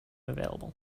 available